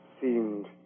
seemed